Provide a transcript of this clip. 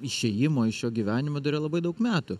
išėjimo iš šio gyvenimo dar yra labai daug metų